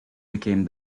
became